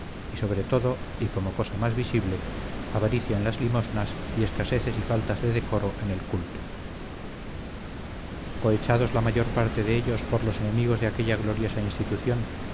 y sobre todo y como cosa más visible avaricia en las limosnas y escaseces y falta de decoro en el culto cohechados la mayor parte de ellos por los enemigos de aquella gloriosa institución